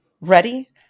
ready